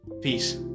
peace